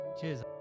Cheers